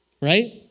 Right